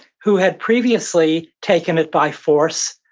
who had previously taken it by force,